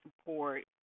support